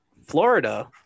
florida